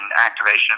activation